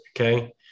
Okay